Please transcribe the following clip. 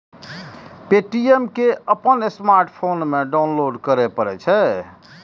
Paytm कें अपन smartphone मे डाउनलोड करय पड़ै छै